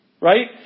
right